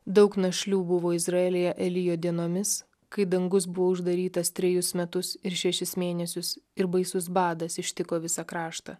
daug našlių buvo izraelyje elijo dienomis kai dangus buvo uždarytas trejus metus ir šešis mėnesius ir baisus badas ištiko visą kraštą